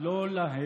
לא להם.